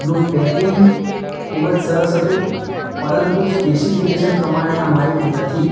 નું પેકિંગ ખૂબ જ સરસ હતું પરંતુ સ્પેસિફિકેસન પ્રમાણે આ માઈક નથી